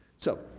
so,